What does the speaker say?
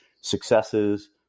Successes